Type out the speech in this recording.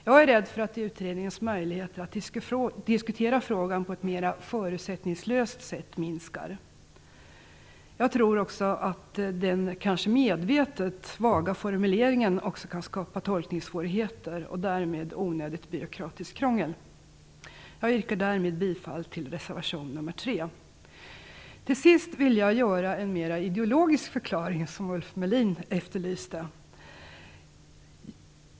Jag är rädd att utredningens möjligheter att diskutera frågan förutsättningslöst skulle minska. Jag tror att den kanske medvetet vaga formuleringen kan skapa tolkningssvårigheter och därmed onödigt byråkratiskt krångel. Jag yrkar därmed bifall till reservation nr. 3. Till sist vill jag göra en mer ideologisk förklaring, som Ulf Melin efterlyste.